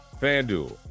FanDuel